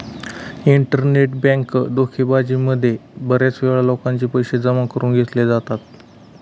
internet bank धोकेबाजी मध्ये बऱ्याच वेळा लोकांचे पैसे जमा करून घेतले जातात